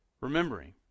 Remembering